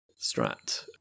strat